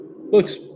looks